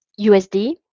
USD